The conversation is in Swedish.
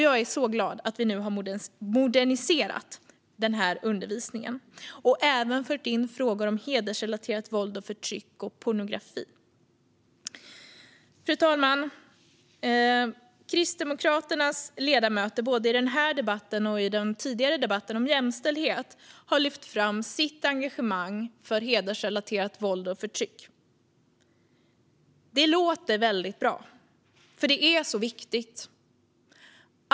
Jag är så glad över att vi nu har moderniserat den här undervisningen och även fört in frågor om hedersrelaterat våld och förtryck samt pornografi. Fru talman! Kristdemokraternas ledamöter både i denna debatt och i den tidigare debatten om jämställdhet har lyft fram sitt engagemang mot hedersrelaterat våld och förtryck. Det låter väldigt bra, för det är så viktigt.